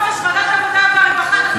ועדת העבודה והרווחה,